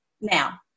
now